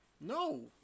No